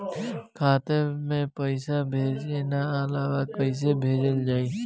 खाता में पईसा भेजे ना आवेला कईसे भेजल जाई?